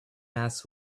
masks